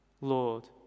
Lord